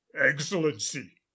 excellency